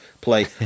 play